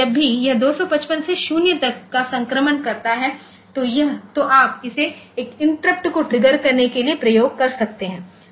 इसलिए जब भी यह 255 से 0 तक का संक्रमण करता है तो आप इसे एक इंटरप्ट को ट्रिगर करने के लिए प्रयोग कर सकते हैं